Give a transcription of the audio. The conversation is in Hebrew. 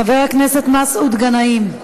חבר הכנסת מסעוד גנאים,